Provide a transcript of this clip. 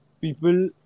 people